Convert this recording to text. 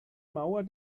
mauer